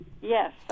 Yes